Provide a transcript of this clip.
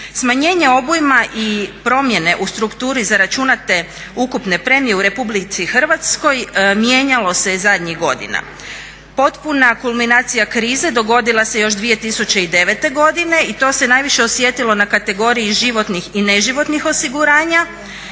Smanjenje obujma i promjene u strukturi zaračunate ukupne premije u RH mijenjalo se zadnjih godina. Potpuna kulminacija krize dogodila se još 2009. godine i to se najviše osjetilo na kategoriji životnih i ne životnih osiguranja